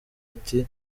ati